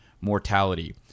mortality